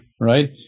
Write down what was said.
right